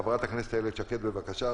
חברת הכנסת איילת שקד, בבקשה.